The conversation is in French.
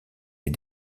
des